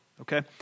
okay